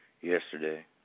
Yesterday